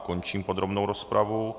Končím podrobnou rozpravu.